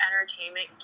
entertainment